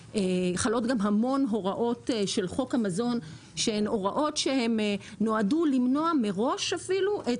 המון הוראות של חוק המזון שהן הוראות שנועדו למנוע מראש אפילו,